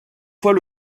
fois